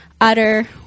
utter